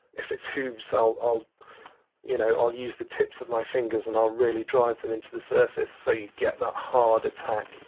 if it's hooves, i'll you know i'll use the tips of my fingers and i'll really drive them into the surface so you get that hard attack.